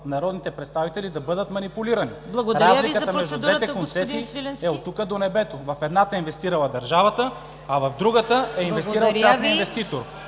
народните представители да бъдат манипулирани. Разликата между двете концесии е от тук до небето. В едната е инвестирала държавата, а в другата е инвестирал частен инвеститор.